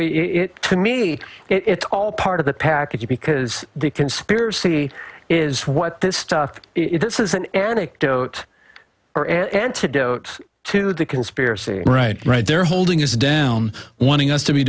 know it to me it's all part of the package because the conspiracy is what this stuff is this is an anecdote or an antidote to the conspiracy right there holding us down wanting us to be